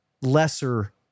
lesser